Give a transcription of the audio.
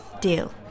Deal